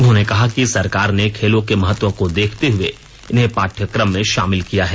उन्होंने कहा कि सरकार ने खेलों के महत्व को देखते हुए इन्हें पाठ्यक्रम में शामिल किया है